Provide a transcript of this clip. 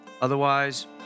Otherwise